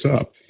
up